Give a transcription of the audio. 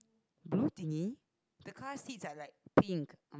blue thinggy the car seats are like pink